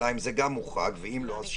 אני